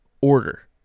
order